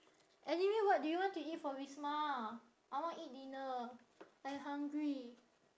anyway what do you want to eat for wisma I want eat dinner I hungry